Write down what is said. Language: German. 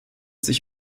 sich